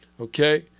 okay